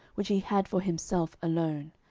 which he had for himself alone.